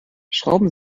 schrauben